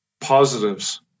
positives